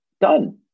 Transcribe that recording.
Done